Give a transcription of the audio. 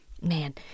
Man